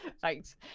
thanks